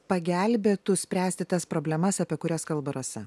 pagelbėtų spręsti tas problemas apie kurias kalba rasa